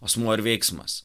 asmuo ir veiksmas